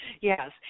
yes